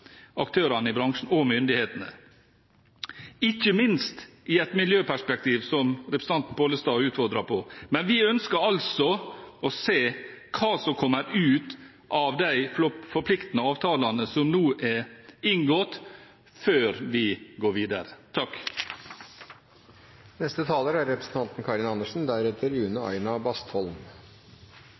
myndighetene. Ikke minst når det gjelder miljøperspektivet, som representanten Pollestad utfordret på, ønsker vi å se hva som kommer ut av de forpliktende avtalene som nå er inngått, før vi går videre.